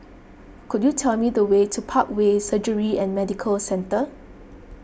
could you tell me the way to Parkway Surgery and Medical Centre